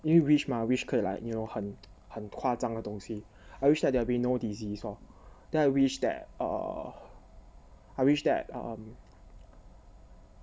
因为 wish mah wish 可以 like you know 很夸张的东西 I wish that there be no disease lor then I wish that err I wish that err